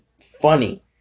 funny